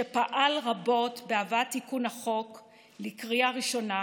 שפעל רבות בהבאת תיקון החוק לקריאה ראשונה